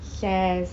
yes